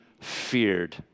feared